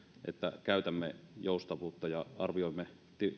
että käytämme joustavuutta ja arvioimme